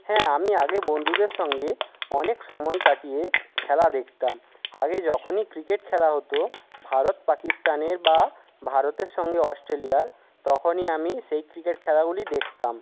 হ্যাঁ আমি আগে বন্ধুদের সঙ্গে অনেক সময় কাটিয়ে খেলা দেখতাম আগে যখনই ক্রিকেট খেলা হতো ভারত পাকিস্তানের বা ভারতের সঙ্গে অস্ট্রেলিয়ার তখনই আমি সেই ক্রিকেট খেলাগুলি দেখতাম